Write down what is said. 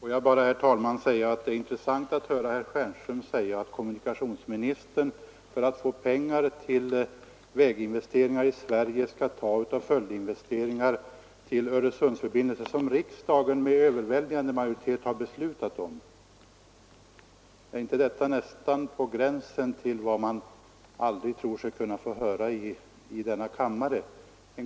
Herr talman! Det är intressant att höra herr Stjernström säga att kommunikationsministern för att få pengar till väginvesteringar i Sverige skall ta av anslagen till följdinvesteringar i samband med Öresundsförbindelsen, som riksdagen med överväldigande majoritet har fattat beslut om. Det är väl på gränsen till vad man aldrig trodde att man skulle få höra i denna kammare.